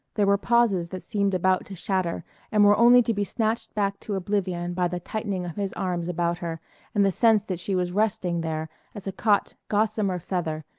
there were pauses that seemed about to shatter and were only to be snatched back to oblivion by the tightening of his arms about her and the sense that she was resting there as a caught, gossamer feather,